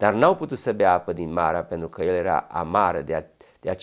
that that that